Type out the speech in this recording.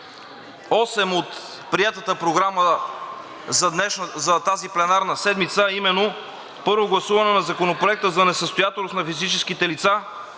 от приетата програма за тази пленарна седмица, а именно първо гласуване на Законопроекта за несъстоятелност на физическите лица